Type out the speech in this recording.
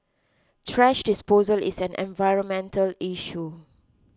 thrash disposal is an environmental issue